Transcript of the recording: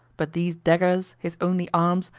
but these daggers, his only arms,